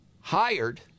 hired